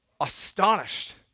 astonished